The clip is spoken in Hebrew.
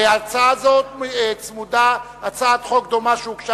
להצעה זו צמודה הצעת חוק דומה שהוגשה